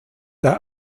der